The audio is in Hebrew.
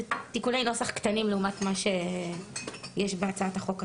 תיקוני נוסח קטנים לעומת מה שיש בהצעת החוק הטרומית.